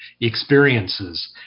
experiences